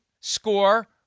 score